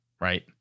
right